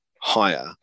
higher